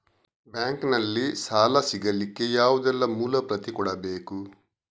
Bank ನಲ್ಲಿ ಸಾಲ ಸಿಗಲಿಕ್ಕೆ ಯಾವುದೆಲ್ಲ ಮೂಲ ಪ್ರತಿ ಕೊಡಬೇಕು?